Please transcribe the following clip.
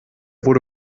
wurde